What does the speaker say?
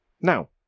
Now